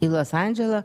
į los andželą